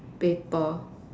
paper